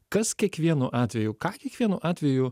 kas kiekvienu atveju ką kiekvienu atveju